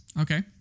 Okay